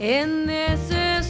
in the